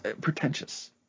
pretentious